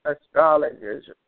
astrologers